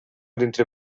dintre